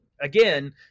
Again